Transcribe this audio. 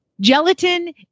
Gelatin